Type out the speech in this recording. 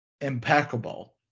impeccable